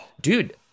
dude